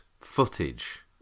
footage